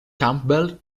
campbell